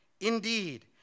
indeed